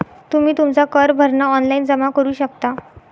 तुम्ही तुमचा कर भरणा ऑनलाइन जमा करू शकता